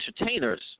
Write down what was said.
entertainers